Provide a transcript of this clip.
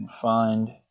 Find